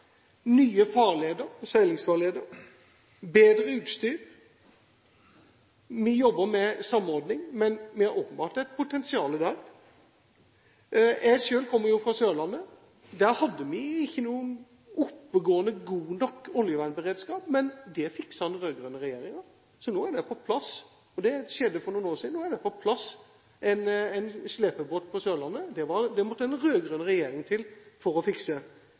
nye seilingsfarleder og bedre utstyr. Vi jobber med samordning, men det er åpenbart et potensial der. Jeg kommer selv fra Sørlandet. Der hadde vi ikke noen oppegående, god nok oljevernberedskap, men det fikset den rød-grønne regjeringen. Det skjedde for noen år siden, så nå har vi en slepebåt på plass på Sørlandet. Det måtte en rød-grønn regjering til for å fikse det. Det at det framstilles her som at ingen ting har skjedd, det